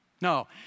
No